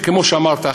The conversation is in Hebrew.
וכמו שאמרת,